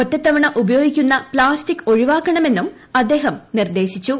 ഒറ്റത്തവണ ഉപയോഗിക്കുന്ന പ്താസ്റ്റിക്ക് ഒഴിവാക്കണമെന്നുംഅദ്ദേഹം നിർദ്ദേശിച്ചു